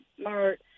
smart